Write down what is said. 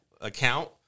Account